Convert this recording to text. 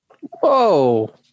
Whoa